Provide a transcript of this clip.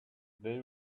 they